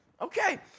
Okay